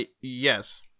yes